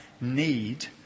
Need